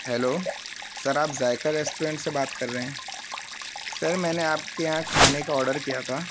hello sir آپ Zaiqa restaurant سے بات کر رہے ہیں سر میں نے آپ کے یہاں کھانے کا آڈر کیا تھا